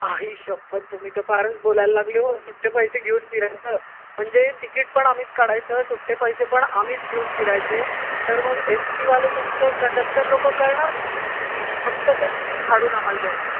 आई शपथ तुम्ही तर फारच बोलायला लागले हो सुटे पैसे घेऊन फिरायचं म्हणजे तिकीट पण आम्हीच काढायचं सुटे पैसे पण आम्हीच घेऊन फिरायचे तर मग एस टीवाले तुमचं कंडक्टर लोक करणार काय फक्त ते तिकीट फाडून आम्हाला देणार